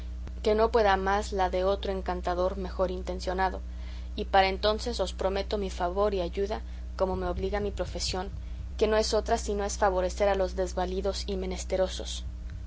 que no pueda más la de otro encantador mejor intencionado y para entonces os prometo mi favor y ayuda como me obliga mi profesión que no es otra si no es favorecer a los desvalidos y menesterosos